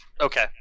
Okay